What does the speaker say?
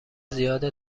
زیاد